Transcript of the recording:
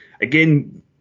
again